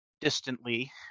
distantly